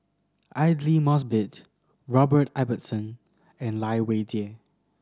Aidli Mosbit Robert Ibbetson and Lai Weijie